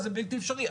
זה בלתי אפשרי.